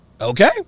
Okay